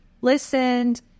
listened